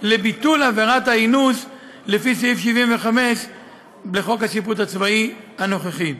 של ביטול עבירת האינוס לפי סעיף 75 לחוק השיפוט הצבאי הנוכחי.